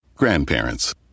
Grandparents